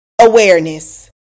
Awareness